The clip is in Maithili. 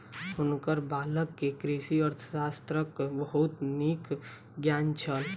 हुनकर बालक के कृषि अर्थशास्त्रक बहुत नीक ज्ञान छल